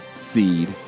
seed